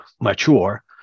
mature